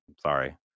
sorry